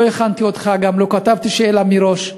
לא הכנתי אותך, לא כתבתי שאלה מראש.